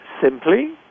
simply